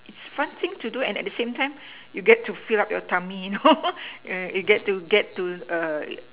it's fun thing to do and then at the same time you get to fill up your tummy you know you get to get to